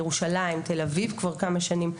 ירושלים ותל אביב כבר כמה שנים.